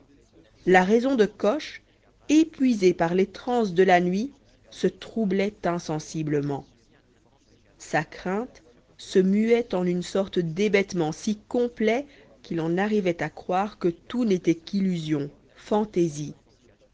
la raison de coche épuisée par les transes de la nuit se troublait insensiblement sa crainte se muait en une sorte d'hébétement si complet qu'il en arrivait à croire que tout n'était qu'illusion fantaisie